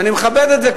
ואני מכבד את זה,